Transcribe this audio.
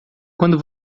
quando